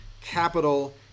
capital